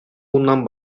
bundan